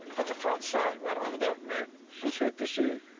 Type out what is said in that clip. put the front sight right on the duck, mary. she's fixed to shoot.